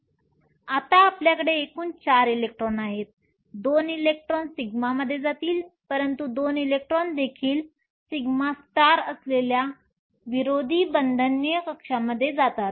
आता आपल्याकडे एकूण 4 इलेक्ट्रॉन आहेत 2 इलेक्ट्रॉन σ मध्ये जातील परंतु 2 इलेक्ट्रॉन देखील σ असलेल्या विरोधी बंधनमध्ये जातात